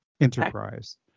enterprise